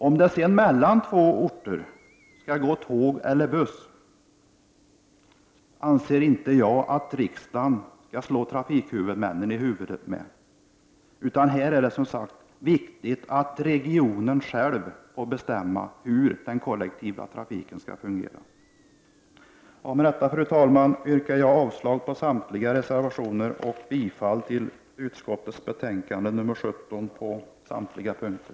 Om det mellan två orter skall gå tåg eller buss skall, enligt min mening, inte riksdagen så att säga slå trafikhuvudmännen i huvudet med, utan det är viktigt att regionen själv får bestämma hur den kollektiva trafiken skall fungera. Med det anförda yrkar jag avslag på samtliga reservationer och bifall till hemställan i trafikutskottets betänkande på samtliga punkter.